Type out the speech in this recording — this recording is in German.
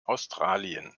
australien